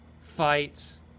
fights